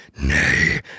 Nay